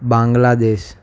Bangladesh